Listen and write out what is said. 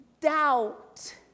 Doubt